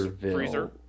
freezer